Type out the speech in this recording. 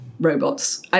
Robots